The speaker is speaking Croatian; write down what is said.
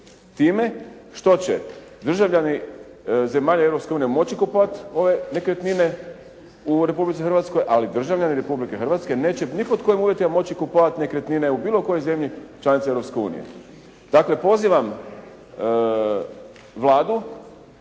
time što će državljani zemalja Europske unije moći kupovati ove nekretnine u Republici Hrvatskoj ali državljani Republike Hrvatske neće ni pod kojim uvjetima moći kupovati nekretnine u bilo kojoj zemlji članici Europske unije. Dakle, pozivam Vladu